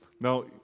Now